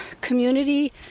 community